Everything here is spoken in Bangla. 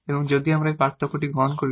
এবং যদি আমরা এখানে এই পার্থক্যটি গ্রহণ করি